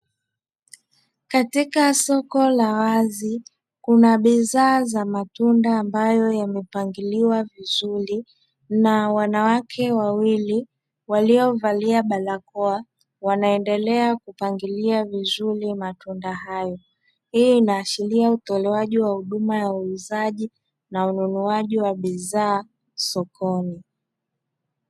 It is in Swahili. Katika soko la wazi kuna bidhaa za matunda ambayo yamepangiliwa vizuri na wanawake wawili waliovalia barakoa wanaendelea kupangilia vizuri matunda hayo ,hii inaashiria utolewaji wa huduma ya uuzaji na ununuaji wa bidhaa sokoni.